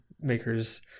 Makers